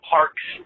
Parks